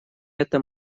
этом